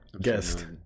guest